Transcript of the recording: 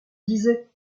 disais